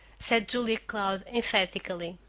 said julia cloud emphatically.